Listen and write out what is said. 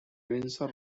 windsor